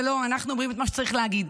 אנחנו אומרים את מה שצריך להגיד.